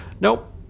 Nope